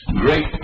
great